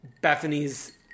Bethany's